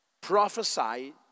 prophesy